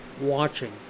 watching